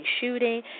shooting